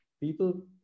People